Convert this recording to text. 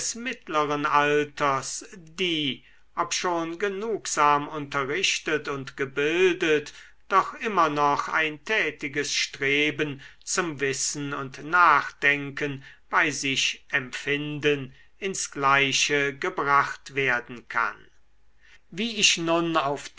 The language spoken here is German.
mittleren alters die obschon genugsam unterrichtet und gebildet doch immer noch ein tätiges streben zum wissen und nachdenken bei sich empfinden ins gleiche gebracht werden kann wie ich nun auf